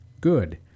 Good